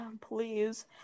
please